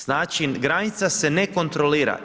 Znači, granica se ne kontrolira.